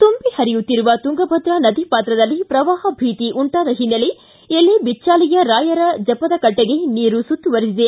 ತುಂಬಿ ಪರಿಯುತ್ತಿರುವ ತುಂಗಭದ್ರಾ ನದಿ ಪಾತ್ರದಲ್ಲಿ ಪ್ರವಾಹ ಭೀತಿ ಉಂಟಾದ ಹಿನ್ನೆಲೆ ಎಲೆಬಿಚ್ಚಾಲಿಯ ರಾಯರ ಜಪದಕಟ್ಟಿಗೆ ನೀರು ಸುತ್ತುವರಿದಿದೆ